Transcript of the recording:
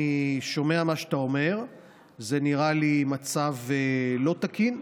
אני שומע מה שאתה אומר וזה נראה לי מצב לא תקין.